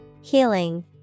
Healing